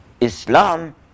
Islam